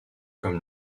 comme